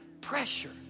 pressure